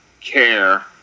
care